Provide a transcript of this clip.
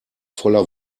voller